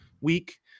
week